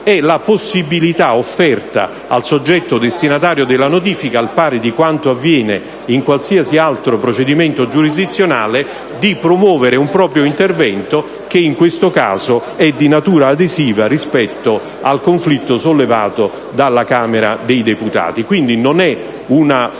è la possibilità offerta al soggetto destinatario della notifica, al pari di quanto avviene in qualsiasi altro procedimento giurisdizionale, di promuovere un proprio intervento, che in questo caso è di natura adesiva rispetto al conflitto sollevato dalla Camera dei deputati. Quindi, non è una